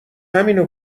همینو